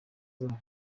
zabo